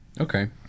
Okay